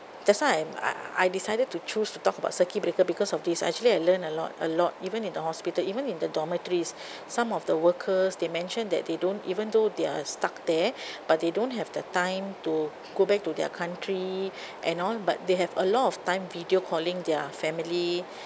that's why I I decided to choose to talk about circuit breaker because of this actually I learn a lot a lot even in the hospital even in the dormitories some of the workers they mentioned that they don't even though they're stuck there but they don't have the time to go back to their country and all but they have a lot of time video calling their family